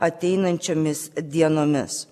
ateinančiomis dienomis